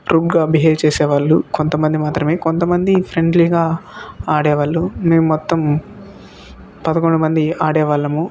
రూడ్గా behave చేసేవాళ్ళు కొంత మంది మాత్రమే కొంతమంది ఫ్రెండ్లీగా ఆడేవాళ్ళు మేము మొత్తం పదకొండు మంది ఆడేవాళ్ళము